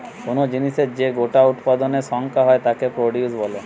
কুনো জিনিসের যে গোটা উৎপাদনের সংখ্যা হয় তাকে প্রডিউস বলে